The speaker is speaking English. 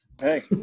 Hey